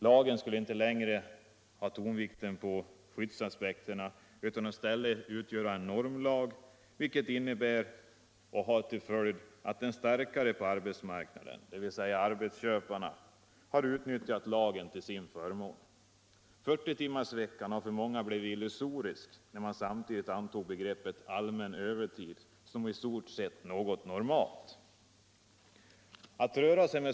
Lagen skulle inte längre ha tonvikten på skyddsaspekterna utan i stället utgöra en normlag, vilket innebär och har haft till följd att den starkare på arbetsmarknaden — dvs. arbetsköparna — har utnyttjat lagen till sin förmån. 40-timmarsveckan har för många blivit illusorisk när man samtidigt antog begreppet allmän övertid som i stort sett något normalt.